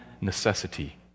necessity